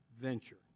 venture